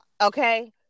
okay